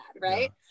right